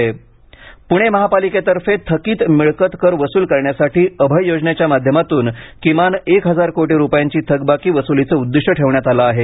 पुणे मनपा मिळकत कर पुणे महापालिकेतर्फे थकीत मिळकत कर वसूल करण्यासाठी अभय योजनेच्या माध्यमातून किमान एक हजार कोटी रुपयांची थकबाकी वसुलीचे उद्दिष्ट ठेवण्यात आलं आहे